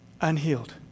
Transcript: unhealed